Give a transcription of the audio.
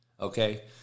Okay